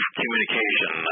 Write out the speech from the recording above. communication